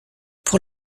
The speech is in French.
pour